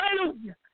Hallelujah